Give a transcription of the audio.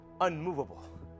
unmovable